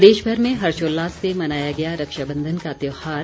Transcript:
प्रदेशभर में हर्षोल्लास से मनाया गया रक्षाबंधन का त्योहार